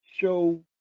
show